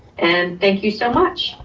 and thank you so much,